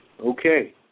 Okay